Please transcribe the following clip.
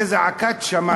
זה זעקת שמים.